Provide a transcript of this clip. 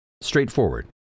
Straightforward